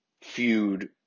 feud